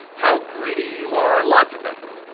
how greedy you are, lots of things.